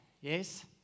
yes